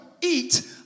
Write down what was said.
eat